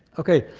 okay,